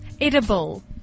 Edible